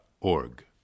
org